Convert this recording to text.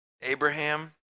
Abraham